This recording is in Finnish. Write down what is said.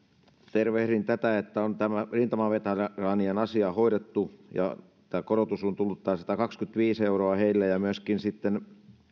tervehdin tätä että on tämä rintamaveteraanien asia hoidettu ja tämä korotus on tullut tämä satakaksikymmentäviisi euroa heille ja myöskin